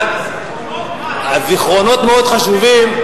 כל הזמן זיכרונות מה היה פעם.